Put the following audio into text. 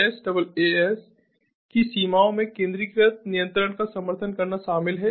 SaaS की सीमाओं में केंद्रीकृत नियंत्रण का समर्थन करना शामिल है